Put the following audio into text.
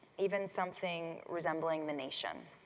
even something resembling the nation.